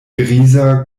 griza